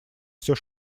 все